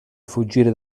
fuggire